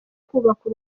kubaka